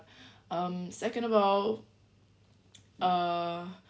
um second of all uh